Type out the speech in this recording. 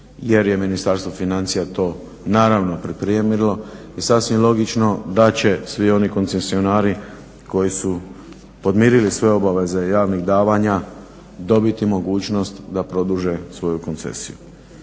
jer je Ministarstvo financija to naravno pripremilo. I sasvim logično da će svi oni koncesionari koji su podmirili svoje obaveze javnih davanja dobiti mogućnost da produže svoju koncesiju.